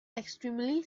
extremely